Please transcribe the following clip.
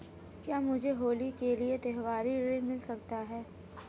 क्या मुझे होली के लिए त्यौहारी ऋण मिल सकता है?